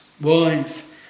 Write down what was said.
wife